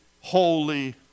holy